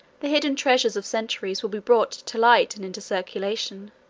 the hidden treasures of centuries will be brought to light and into circulation.